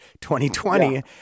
2020